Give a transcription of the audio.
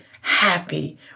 happy